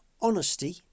honesty